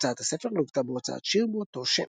הוצאת הספר לוותה בהוצאת שיר באותו שם.